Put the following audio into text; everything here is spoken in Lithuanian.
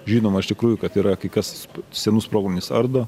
žinoma iš tikrųjų kad yra kai kas senus sprogmenis ardo